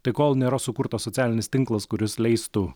tai kol nėra sukurtas socialinis tinklas kuris leistų